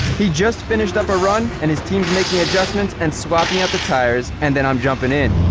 he just finished up a run and his team's making adjustments and swapping out the tires and then i'm jumping in.